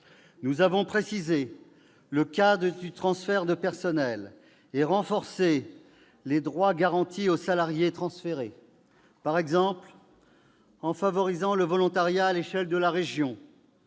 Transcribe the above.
Nous avons précisé le cadre du transfert de personnel et renforcé les droits garantis aux salariés transférés, notamment en favorisant le volontariat à l'échelle de la région